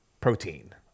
protein